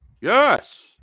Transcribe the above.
yes